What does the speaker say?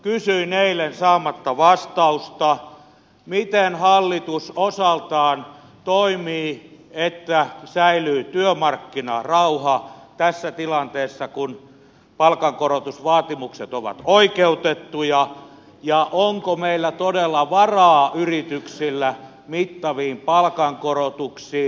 kysyin eilen saamatta vastausta miten hallitus osaltaan toimii että säilyy työmarkkinarauha tässä tilanteessa kun palkankorotusvaatimukset ovat oikeutettuja ja onko meillä todella yrityksillä varaa mittaviin palkankorotuksiin